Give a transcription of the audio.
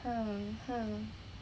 um um